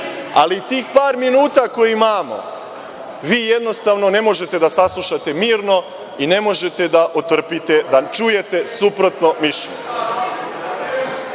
Tih par minuta koje imamo vi jednostavno ne možete saslušate mirno i ne možete da otrpite, da čujete suprotno mišljenje. Sad